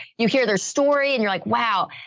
you hear their story. and you're like, wow.